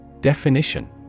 Definition